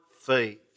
faith